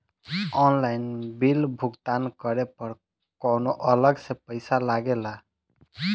Online bill भुगतान करे पर कौनो अलग से पईसा लगेला?